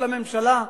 של הממשלה,